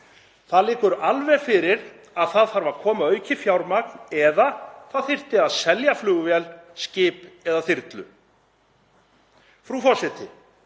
„Það liggur alveg fyrir að það þarf að koma aukið fjármagn eða það þyrfti að selja flugvél, skip eða þyrlu.“ Frú forseti.